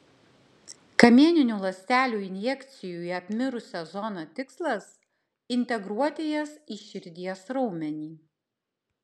kamieninių ląstelių injekcijų į apmirusią zoną tikslas integruoti jas į širdies raumenį